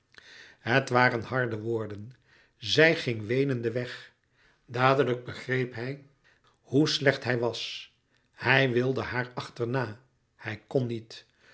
het waren harde woorden zij ging weenende weg dadelijk begreep hij hoe slecht hij was hij wilde haar achterna hij kon niet